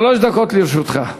שלוש דקות לרשותך.